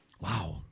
Wow